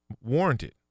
warranted